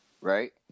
right